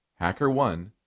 HackerOne